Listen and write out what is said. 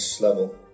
level